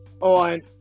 on